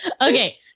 Okay